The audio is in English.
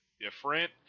different